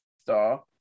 star